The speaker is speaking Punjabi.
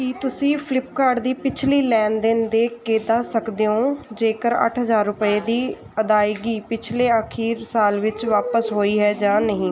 ਕੀ ਤੁਸੀਂਂ ਫਲਿੱਪਕਾਰਡ ਦੀ ਪਿਛਲੀ ਲੈਣ ਦੇਣ ਦੇਖ ਕੇ ਦੱਸ ਸਕਦੇ ਹੋ ਜੇਕਰ ਅੱਠ ਹਜ਼ਾਰ ਰੁਪਏ ਦੀ ਅਦਾਇਗੀ ਪਿਛਲੇ ਅਖੀਰ ਸਾਲ ਵਿੱਚ ਵਾਪਸ ਹੋਈ ਹੈ ਜਾਂ ਨਹੀਂ